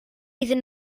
iddyn